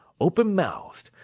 open-mouthed,